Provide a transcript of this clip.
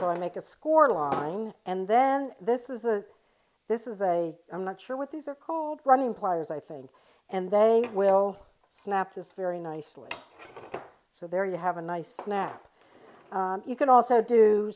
so i make a scoreline and then this is a this is a i'm not sure what these are cold running pliers i think and they will snap this very nicely so there you have a nice nap you can also do